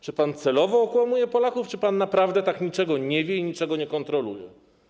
Czy pan celowo okłamuje Polaków, czy pan naprawdę tak niczego nie wie i niczego nie kontroluje?